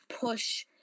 push